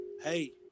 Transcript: Hey